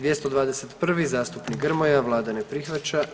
221. zastupnik Grmoja, vlada ne prihvaća.